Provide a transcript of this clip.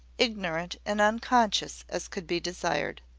ignorant and unconscious as could be desired.